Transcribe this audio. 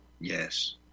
Yes